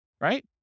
right